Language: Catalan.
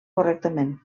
correctament